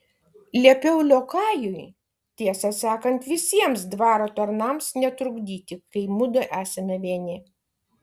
liepiau liokajui tiesą sakant visiems dvaro tarnams netrukdyti kai mudu esame vieni